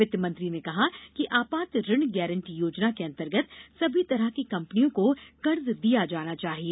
वित्तमंत्री ने कहा कि आपात ऋण गारंटी योजना के अंतर्गत समी तरह की कंपनियों को कर्ज दिया जाना चाहिए